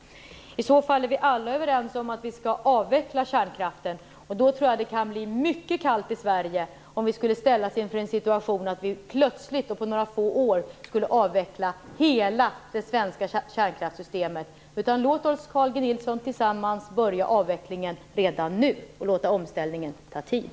I så fall är vi alla överens om att kärnkraften skall avvecklas. Men jag tror att det kan bli mycket kallt i Sverige om vi ställs inför en situation där vi plötsligt, på några få år, skall avveckla hela det svenska kärnkraftssystemet. Låt oss, Carl G Nilsson, tillsammans börja avvecklingen redan nu och låta omställningen ta tid!